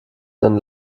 dann